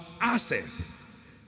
access